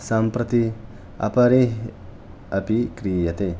सम्प्रति अपरैः अपि क्रियते